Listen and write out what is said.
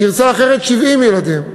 גרסה אחרת, 70 ילדים.